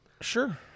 Sure